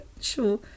sure